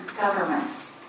governments